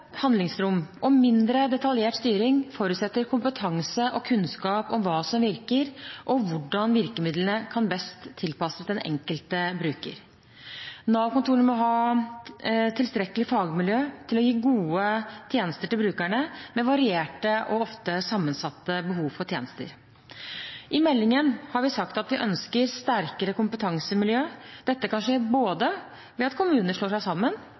handlingsrom og mindre detaljert styring forutsetter kompetanse og kunnskap om hva som virker, og hvordan virkemidlene best kan tilpasses den enkelte bruker. Nav-kontorene må ha et tilstrekkelig fagmiljø til å gi gode tjenester til brukere med varierte og ofte sammensatte behov for tjenester. I meldingen har vi sagt at vi ønsker sterkere kompetansemiljø. Dette kan skje både ved at kommuner slår seg sammen,